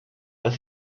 was